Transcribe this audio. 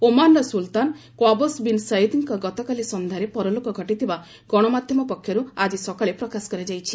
ଓମାନର ସୁଲତାନ Qaboos bin ସୟିଦଙ୍କ ଗତକାଲି ସନ୍ଧ୍ୟାରେ ପରଲୋକ ଘଟିଥିବା ଗଣମାଧ୍ୟମ ପକ୍ଷରୁ ଆଜି ସକାଳେ ପ୍ରକାଶ କରାଯାଇଛି